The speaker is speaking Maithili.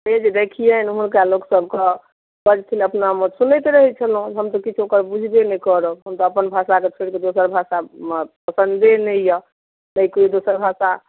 से जे देखियै उमहरका लोक सब के बजथिन अपना मे सुनैत रहै छलहुॅं हम तऽ किछो ओकर बुझबे नहि करब हम तऽ अपन भाषा के छोड़ि कऽ दोसर भाषा मे पसंदे नहि यऽ नहि कहियो दोसर भाषा